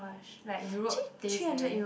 like Europe place there